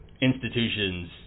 institutions